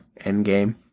Endgame